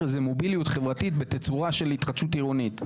איזו מוביליות חברתית בתצורה של התחדשות עירונית.